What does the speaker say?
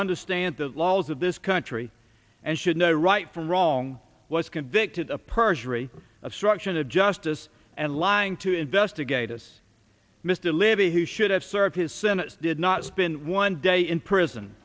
understand the laws of this country and should know right from wrong was convicted of perjury obstruction of justice and lying to investigators mr libby who should have served his sentence did not spend one day in prison